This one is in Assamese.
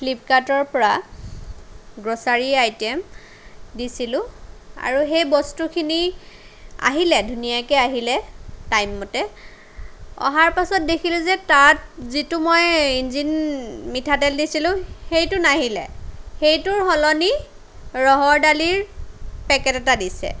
ফ্লিপকাৰ্টৰ পৰা গ্ৰচাৰি আইটেম দিছিলোঁ আৰু সেই বস্তুখিনি আহিলে ধুনীয়াকে আহিলে টাইম মতে অহাৰ পাছত দেখিলোঁ যে তাত যিটো মই ইঞ্জিন মিঠাতেল দিছিলোঁ সেইটো নাহিলে সেইটোৰ সলনি ৰহৰ দালিৰ পেকেট এটা দিছে